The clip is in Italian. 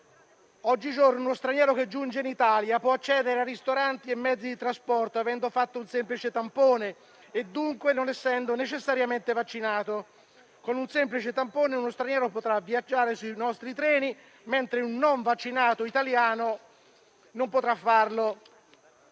Oggigiorno uno straniero che giunge in Italia può accedere a ristoranti e mezzi di trasporto avendo fatto un semplice tampone e, dunque, non essendo necessariamente vaccinato. Con un semplice tampone uno straniero potrà viaggiare sui nostri treni, mentre un non vaccinato italiano non potrà farlo,